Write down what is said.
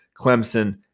Clemson